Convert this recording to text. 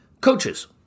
Coaches